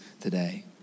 today